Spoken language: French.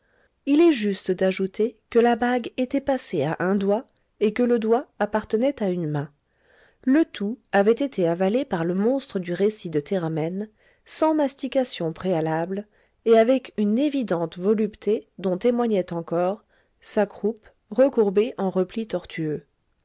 il est juste d'ajouter que la bague était passée à un doigt et que le doigt appartenait à une main le tout avait été avalé par le monstre du récit de théramène sans mastication préalable et avec une évidente volupté dont témoignait encore sa croupe recourbée en replis tortueux